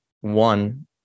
One